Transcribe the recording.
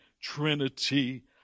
Trinity